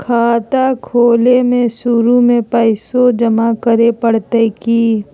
खाता खोले में शुरू में पैसो जमा करे पड़तई की?